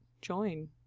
join